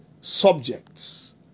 subjects